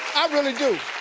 i really do.